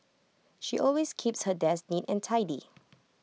she always keeps her desk neat and tidy